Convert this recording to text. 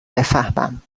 بفهمم